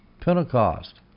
Pentecost